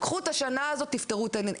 קחו את השנה הזאת תפתרו את העניינים.